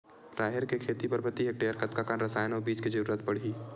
राहेर के खेती बर प्रति हेक्टेयर कतका कन रसायन अउ बीज के जरूरत पड़ही?